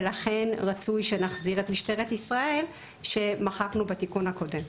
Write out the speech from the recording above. ולכן רצוי שנחזיר את משטרת ישראל שמחקנו בתיקון הקודם.